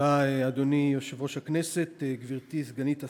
אדוני יושב-ראש הכנסת, תודה, גברתי סגנית השר,